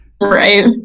right